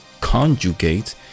conjugate